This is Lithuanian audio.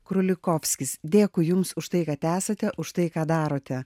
krulikovskis dėkui jums už tai kad esate už tai ką darote